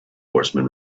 horseman